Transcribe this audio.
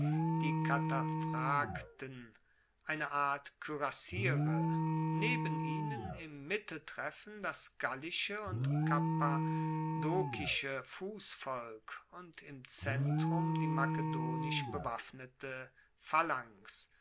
die kataphrakten eine art kuerassiere neben ihnen im mitteltreffen das gallische und kappadokische fussvolk und im zentrum die makedonisch bewaffnete phalanx